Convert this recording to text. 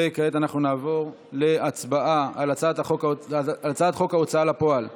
וכעת נעבור להצבעה על הצעת חוק ההוצאה לפועל (תיקון,